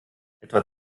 etwa